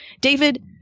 David